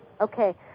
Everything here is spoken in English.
Okay